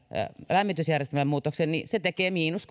lämmitysjärjestelmämuutoksia niin se tekee miinus